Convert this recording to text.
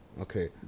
Okay